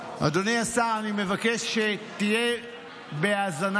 אדוני השר, אני מבקש שתהיה בהאזנה.